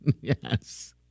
Yes